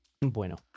Bueno